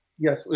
Yes